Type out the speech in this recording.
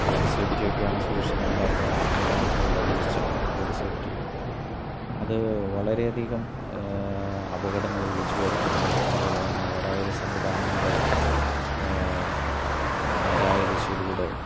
road സേഫ്റ്റിയൊക്കെയാണ് സുരക്ഷിതമല്ലാത്ത സംവിധാനത്തിലുള്ള വീഴ്ച്ച റോഡ് സേഫ്റ്റി അത് വളരെയധികം അപകടങ്ങൾ വിളിച്ച് വരുത്തുന്നു അതുപോലെത്തന്നെ ഗതാഗതം സംവിധാനങ്ങളെ നേരായ ദിശയിലൂടെ